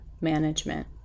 management